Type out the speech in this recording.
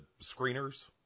screeners